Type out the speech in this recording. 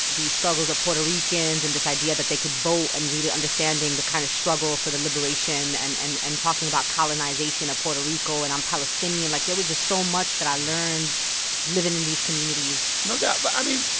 the struggles of puerto ricans and this idea that they could vote and really understanding the kind of struggle for the liberation and and talking about colonization of puerto rico. and i'm palestinian. like, there was just so much that i learned living in these communities no doubt. but, i mean,